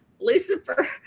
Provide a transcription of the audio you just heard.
lucifer